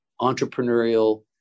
entrepreneurial